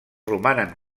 romanen